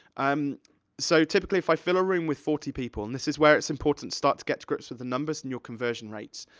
um so, typically, if i fill a room with forty people, and this is where it's important to start to get to grips with the numbers and your conversion rates.